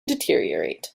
deteriorate